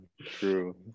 True